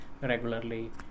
regularly